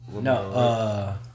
no